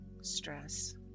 stress